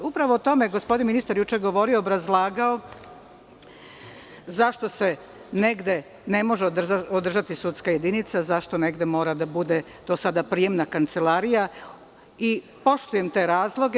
Upravo o tome je gospodin ministar juče govorio i obrazlagao zašto se negde ne može održati sudska jedinica, zašto negde mora da bude to sada prijemna kancelarija i poštujem te razloge.